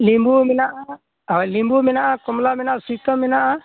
ᱞᱤᱵᱩ ᱢᱮᱱᱟᱜᱼᱟ ᱦᱳᱭ ᱞᱤᱵᱩ ᱢᱮᱟᱜᱼᱟ ᱠᱚᱢᱞᱟ ᱢᱮᱱᱟᱜᱼᱟ ᱥᱤᱛᱟᱹ ᱢᱮᱱᱟᱜᱼᱟ